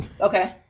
Okay